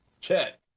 chat